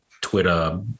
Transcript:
Twitter